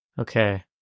Okay